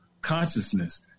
consciousness